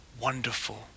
wonderful